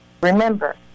Remember